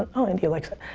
um oh india likes it.